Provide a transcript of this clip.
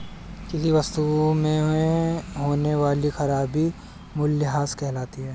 किसी वस्तु में होने वाली खराबी मूल्यह्रास कहलाती है